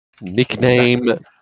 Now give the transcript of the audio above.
Nickname